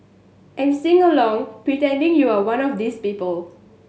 and sing along pretending you're one of these people